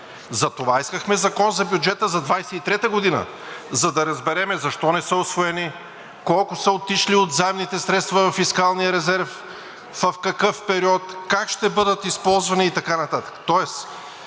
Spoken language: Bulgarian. Затова искахме Закон за бюджета за 2023 г., за да разберем защо не са усвоени, колко са отишли от заемните средства във фискалния резерв, в какъв период, как ще бъдат използвани и така нататък.